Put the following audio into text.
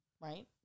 right